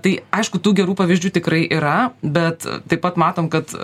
tai aišku tų gerų pavyzdžių tikrai yra bet taip pat matom kad